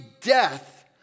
death